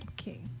okay